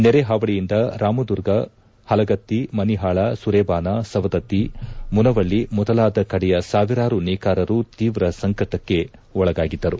ನೆರೆ ಹಾವಳಿಯಿಂದ ರಾಮದುರ್ಗ ಹಲಗತ್ತಿ ಮನಿಹಾಳ ಸುರೇಬಾನ ಸವದತ್ತಿ ಮುನವಳ್ಳ ಮೊದಲಾದ ಕಡೆಯ ಸಾವಿರಾರು ನೇಕಾರರು ತೀವ್ರ ಸಂಕಷ್ಟಕ್ಕೆ ಒಳಗಾಗಿದ್ದರು